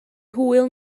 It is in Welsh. hwyl